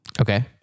Okay